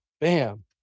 Bam